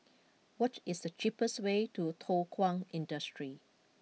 what is the cheapest way to Thow Kwang Industry